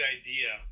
idea